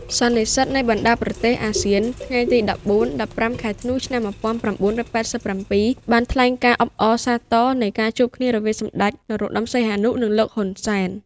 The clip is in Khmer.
សន្និសីទនៃបណ្ដាប្រទេសអាស៊ានថ្ងៃទី១៤-១៥ ធ្នូ ឆ្នាំ១៩៨៧ បានថ្លែងការអបអរសាទរនៃការជួបគ្នារវាងសម្ដេច នរោត្តមសីហនុ និងលោក ហ៊ុនសែន។